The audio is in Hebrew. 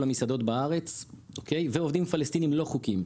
המסעדות בארץ ועובדים פלסטינים לא חוקיים,